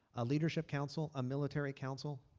a leadership council, a military council.